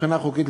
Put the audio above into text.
מבחינה חוקית,